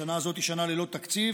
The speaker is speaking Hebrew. השנה הזאת היא שנה ללא תקציב,